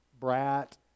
brat